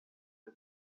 the